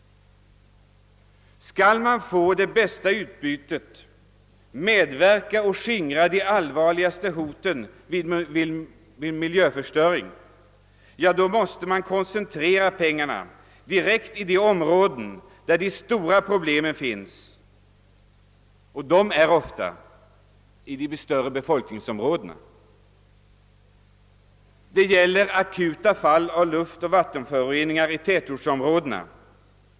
Skall man få det bästa utbytet och kunna medverka till att skingra de allvarliga hoten mot miljöförstöring, måste pengarna användas till åtgärder som koncentreras direkt i de områden där de stora problemen finns — de större befolkningsområdena. Det gäller akuta fall av luftoch vattenföroreningar i tätortsområdena.